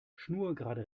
schnurgerade